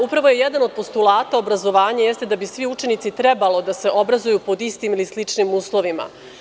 Upravo jedan od postulata obrazovanje jeste da bi svi učenici trebalo da se obrazuju pod istim ili sličnim uslovima.